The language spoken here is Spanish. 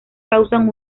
causan